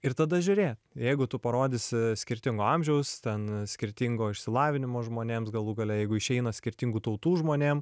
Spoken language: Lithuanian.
ir tada žiūrėk jeigu tu parodysi skirtingo amžiaus ten skirtingo išsilavinimo žmonėms galų gale jeigu išeina skirtingų tautų žmonėm